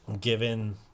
given